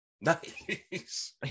Nice